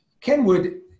Kenwood